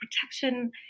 protection